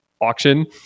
auction